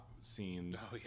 scenes